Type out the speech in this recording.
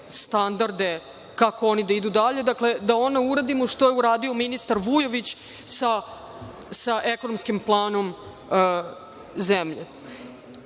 standarde kako da idu dalje. Dakle, da uradimo što je uradio ministar Vujović sa ekonomskim planom zemlje. Na